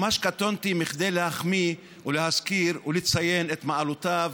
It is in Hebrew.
ממש קטונתי מכדי להחמיא ולהזכיר ולציין את מעלותיו